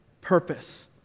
Purpose